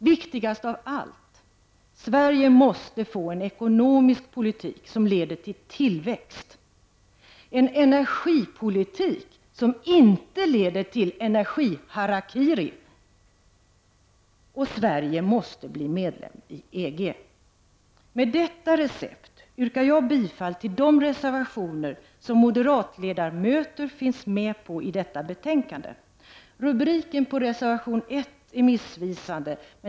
Viktigast av allt — Sverige måste få en ekonomisk politik som leder till tillväxt, en energipolitik som inte leder till energiharakiri. Och Sverige måste bli medlem i EG. Med detta recept yrkar jag bifall till de reservationer till detta betänkande som moderatledamöter finns med på. Rubriken på reservation 1 är missvisande.